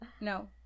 No